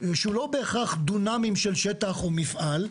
שהוא לא בהכרח דונמים של שטח או מפעל.